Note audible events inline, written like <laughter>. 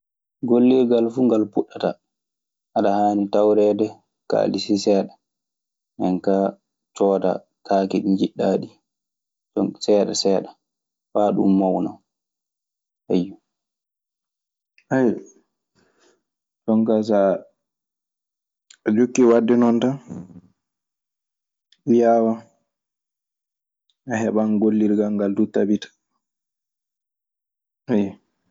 Gollirgal fuu ngal puɗɗataa; a ɗa haani tawreede kaalissi seeɗa. Nde kaa cooda kaaki ɗi njaɗɗaa ɗii seeɗa seeɗa faa ɗum mawna. <noise> <hesitation> Jonkaa so a jokkii wadde non tan, yaawan a heɓan gollirgal ngal duu, tabita.